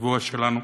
הקבוע שלנו.